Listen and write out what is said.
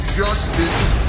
Justice